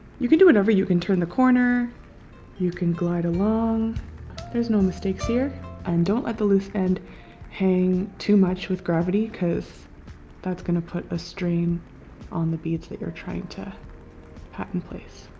you can do whatever. you can turn the corner you can glide along there's no mistakes here and don't let the loose end hang too much with gravity cuz that's gonna put a strain on the beads that you're trying to pat in place.